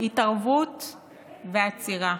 התערבות ועצירה.